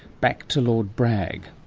back to lord bragg.